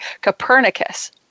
Copernicus